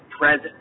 present